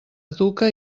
educa